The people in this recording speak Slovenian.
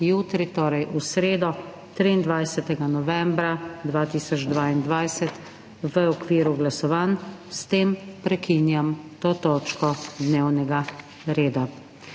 jutri, torej v sredo, 23. novembra 2022, v okviru glasovanj. S tem prekinjam to točko dnevnega reda.